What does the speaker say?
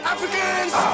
Africans